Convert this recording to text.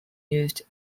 used